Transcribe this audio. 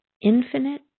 infinite